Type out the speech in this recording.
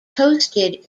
hosted